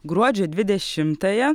gruodžio dvidešimtąją